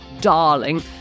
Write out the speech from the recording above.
darling